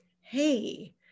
hey